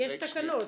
יש תקנות,